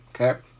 okay